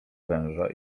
węża